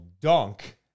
dunk